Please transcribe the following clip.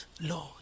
Lord